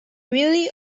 really